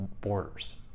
borders